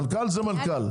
מנכ"ל זה מנכ"ל.